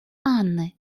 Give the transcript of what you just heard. анны